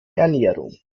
ernährung